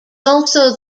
also